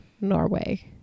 Norway